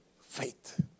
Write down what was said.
faith